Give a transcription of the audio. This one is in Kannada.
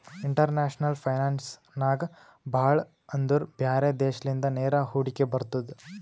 ಇಂಟರ್ನ್ಯಾಷನಲ್ ಫೈನಾನ್ಸ್ ನಾಗ್ ಭಾಳ ಅಂದುರ್ ಬ್ಯಾರೆ ದೇಶಲಿಂದ ನೇರ ಹೂಡಿಕೆ ಬರ್ತುದ್